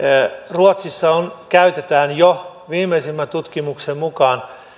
ruotsissa käytetään jo viimeisimmän tutkimuksen mukaan